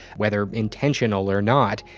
whether intentional or not,